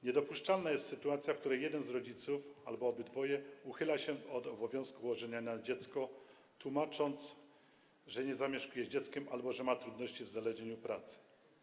Niedopuszczalna jest sytuacja, w której jeden z rodziców albo obydwoje rodziców uchyla się od obowiązku łożenia na dziecko, tłumacząc, że nie zamieszkują z dzieckiem albo mają trudności ze znalezieniem pracy.